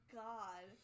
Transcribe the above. god